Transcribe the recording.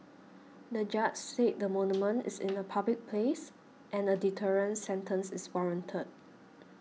the judge said the monument is in a public place and a deterrent sentence is warranted